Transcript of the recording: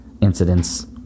incidents